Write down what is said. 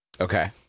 Okay